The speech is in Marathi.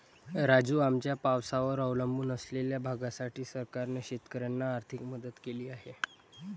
राजू, आमच्या पावसावर अवलंबून असलेल्या भागासाठी सरकारने शेतकऱ्यांना आर्थिक मदत केली आहे